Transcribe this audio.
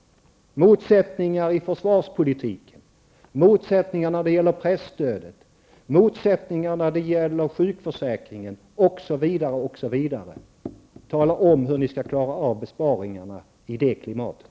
Det är motsättningar i försvarspolitiken, i frågan om presstödet, beträffande sjukförsäkringen osv. Tala om hur ni skall klara av besparingarna i det klimatet!